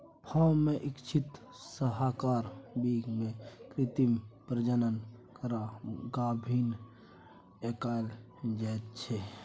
firm मे इच्छित सरहाक बीर्य सँ कृत्रिम प्रजनन करा गाभिन कराएल जाइ छै